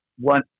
one